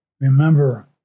remember